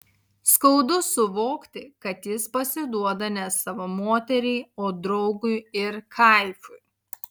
skaudu suvokti kad jis pasiduoda ne savo moteriai o draugui ir kaifui